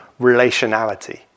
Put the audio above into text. relationality